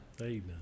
Amen